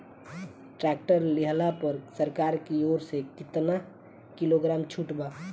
Tractor लिहला पर सरकार की ओर से केतना किलोग्राम छूट बा?